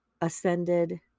ascended